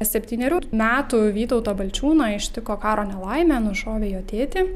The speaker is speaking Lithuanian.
septynerių metų vytautą balčiūną ištiko karo nelaimė nušovė jo tėtį